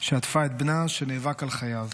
שעטפה את בנה שנאבק על חייו.